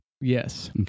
Yes